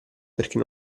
perché